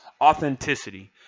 authenticity